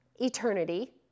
Eternity